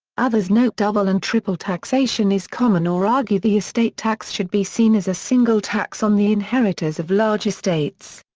others note double and triple taxation is common or argue the estate tax should be seen as a single tax on the inheritors of large estates.